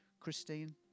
Christine